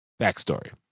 Backstory